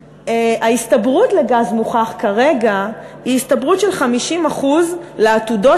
ההסתברות לגז מוכח כרגע היא הסתברות של 50% לעתודות